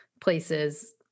places